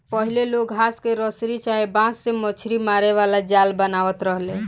पहिले लोग घास के रसरी चाहे बांस से मछरी मारे वाला जाल बनावत रहले